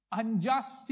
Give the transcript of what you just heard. unjust